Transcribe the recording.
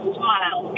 smile